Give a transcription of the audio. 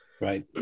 Right